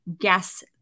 guess